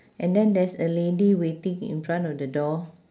and then there's a lady waiting in front of the door